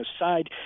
aside